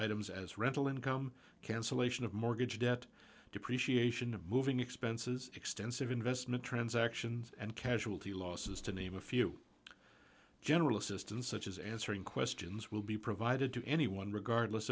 items as rental income cancellation of mortgage debt depreciation of moving expenses extensive investment transactions and casualty losses to name a few general assistance such as answering questions will be provided to anyone regardless